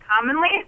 commonly